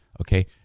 okay